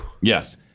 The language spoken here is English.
Yes